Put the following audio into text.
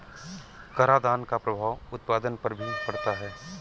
करादान का प्रभाव उत्पादन पर भी पड़ता है